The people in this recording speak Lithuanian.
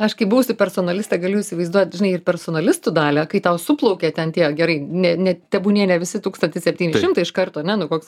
aš kaip buvusi personalistė galiu įsivaizduot žinai ir personalistų dalią kai tau suplaukia ten tie gerai ne ne tebūnie ne visi tūkstantis septyni šimtai iš karto ne nu koks